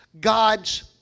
God's